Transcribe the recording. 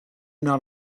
not